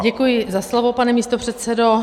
Děkuji za slovo, pane místopředsedo.